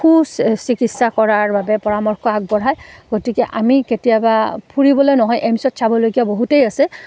সু চিকিৎসা কৰাৰ বাবে পৰামৰ্শ আগবঢ়ায় গতিকে আমি কেতিয়াবা ফুৰিবলৈ নহয় এইমছ্ত চাবলগীয়া বহুতেই আছে